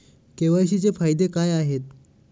KYC चे फायदे काय आहेत?